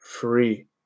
free